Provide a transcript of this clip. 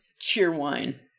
Cheerwine